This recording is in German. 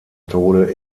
tode